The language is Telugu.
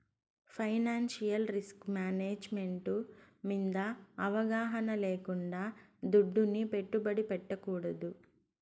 ఫైనాన్సియల్ రిస్కుమేనేజ్ మెంటు మింద అవగాహన లేకుండా దుడ్డుని పెట్టుబడి పెట్టకూడదు